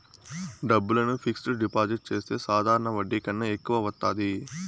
డబ్బులను fixed deposit చేస్తే సాధారణ వడ్డీ కన్నా ఎక్కువ వత్తాది